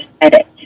edit